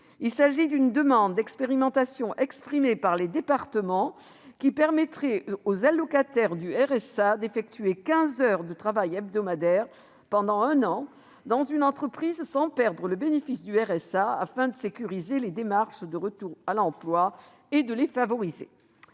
Il s'agit d'une demande d'expérimentation exprimée par les départements qui permettrait aux allocataires du RSA d'effectuer quinze heures de travail hebdomadaires pendant un an dans une entreprise, sans perdre le bénéfice du RSA, afin de sécuriser les démarches de retour à l'emploi et de les favoriser.